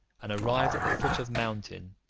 and arrived at the foot of mountain,